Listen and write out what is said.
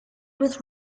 with